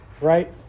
right